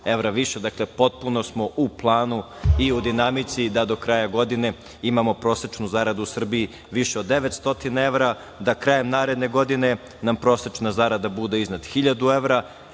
evra više. Dakle, potpuno smo u planu i u dinamici da do kraja godine imamo prosečnu zaradu u Srbiji više od 900 evra, da krajem naredne godine nam prosečna zarada bude iznad 1.000 evra